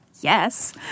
Yes